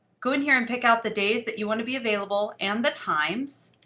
go in here and pick out the days that you want to be available and the times.